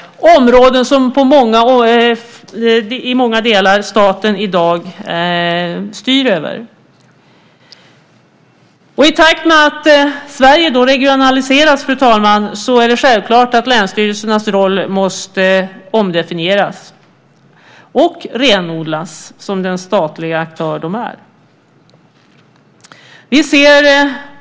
Det är områden som i många delar staten i dag styr över. Fru talman! I takt med att Sverige regionaliseras är det självklart att länsstyrelsernas roll måste omdefinieras och renodlas som de statliga aktörer de är.